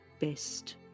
best